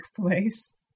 place